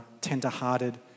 tender-hearted